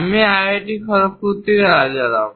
আমি আইআইটি খড়গপুর থেকে রাজারাম